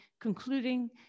concluding